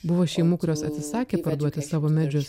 buvo šeimų kurios atsisakė parduoti savo medžius